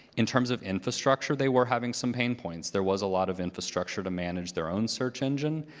in terms of infrastructure, they were having some pain points. there was a lot of infrastructure to manage their own search engine.